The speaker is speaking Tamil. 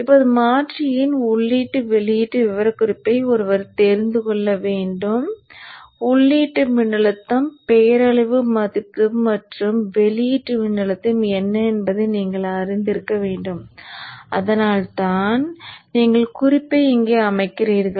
இப்போது மாற்றியின் உள்ளீட்டு வெளியீட்டு விவரக்குறிப்பை ஒருவர் தெரிந்து கொள்ள வேண்டும் உள்ளீட்டு மின்னழுத்தம் பெயரளவு மதிப்பு மற்றும் வெளியீட்டு மின்னழுத்தம் என்ன என்பதை நீங்கள் அறிந்திருக்க வேண்டும் அதனால்தான் நீங்கள் குறிப்பை இங்கே அமைக்கிறீர்கள்